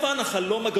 וכן הלאה וכדומה.